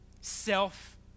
self